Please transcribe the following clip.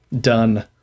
done